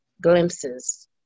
glimpses